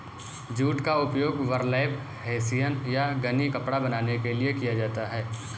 jute का उपयोग burlap hessian या गनी कपड़ा बनाने के लिए किया जाता है